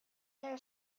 then